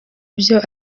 byo